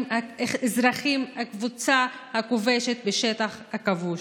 הקבוצה הכובשת בשטח הכבוש.